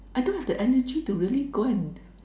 I don't have the energy to really go and